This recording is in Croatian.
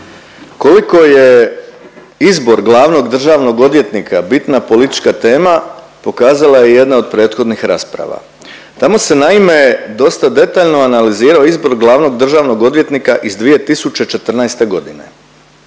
Koliko je izbor glavnog državnog odvjetnika bitna politička tema pokazala je jedna od prethodnih rasprava. Tamo se naime dosta detaljno analizirao izbor glavnog državnog odvjetnika iz 2014.g.,